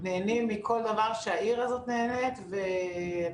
נהנים מכל דבר שהעיר הזאת נהנית ואני